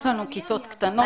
יש לנו כיתות קטנות.